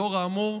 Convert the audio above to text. לאור האמור,